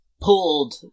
pulled